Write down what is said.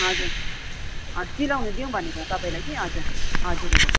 हजुर सिलाउन दिऊँ भनेको तपाईँलाई कि हजुर हजुर